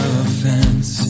offense